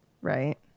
Right